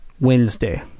Wednesday